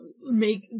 make-